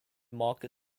market